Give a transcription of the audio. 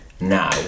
now